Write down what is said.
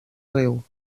riu